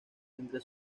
entre